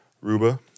Ruba